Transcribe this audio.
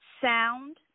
Sound